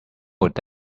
that